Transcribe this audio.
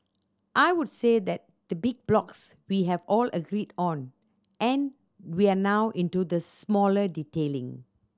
I would say that the big blocks we've all agreed on and we're now into the smaller detailing